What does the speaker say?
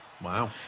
Wow